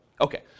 Okay